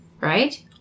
right